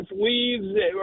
leaves